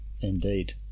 Indeed